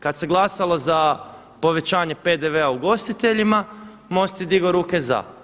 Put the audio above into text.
Kad se glasalo za povećanje PDV-a ugostiteljima MOST je digao ruke za.